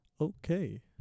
Okay